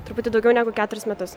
truputį daugiau negu keturis metus